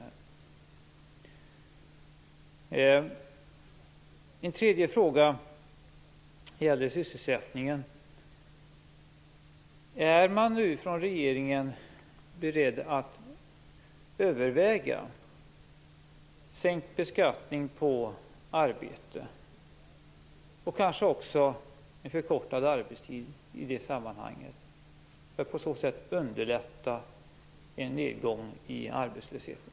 Min tredje fråga gäller sysselsättningen. Är regeringen nu beredd att överväga sänkt beskattning på arbete och i det sammanhanget kanske också förkortad arbetstid för att på så sätt underlätta en nedgång i arbetslösheten?